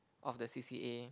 of the C_C_A